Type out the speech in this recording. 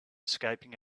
escaping